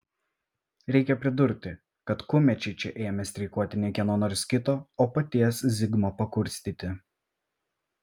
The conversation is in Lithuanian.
reikia pridurti kad kumečiai čia ėmė streikuoti ne kieno nors kito o paties zigmo pakurstyti